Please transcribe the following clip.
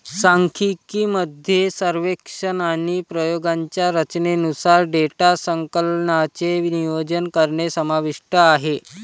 सांख्यिकी मध्ये सर्वेक्षण आणि प्रयोगांच्या रचनेनुसार डेटा संकलनाचे नियोजन करणे समाविष्ट आहे